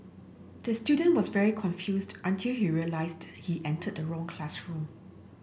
the student was very confused until he realised he entered the wrong classroom